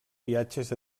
viatges